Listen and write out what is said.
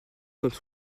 comme